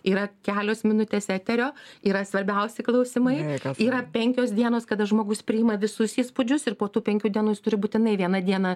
yra kelios minutės eterio yra svarbiausi klausimai yra penkios dienos kada žmogus priima visus įspūdžius ir po tų penkių dienų jis turi būtinai vieną dieną